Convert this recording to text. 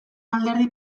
alderdi